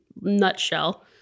nutshell